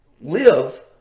live